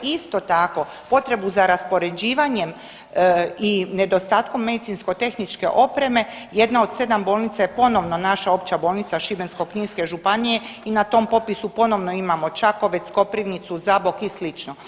Isto tako, potrebu za raspoređivanjem i nedostatkom medicinsko-tehničke opreme jedna od sedam bolnica je ponovno naša Opća bolnica Šibensko-kninske županije i na tom popisu ponovno imamo Čakovec, Koprivnicu, Zabok i slično.